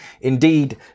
Indeed